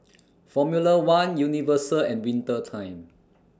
Formula one Universal and Winter Time